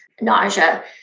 nausea